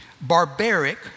barbaric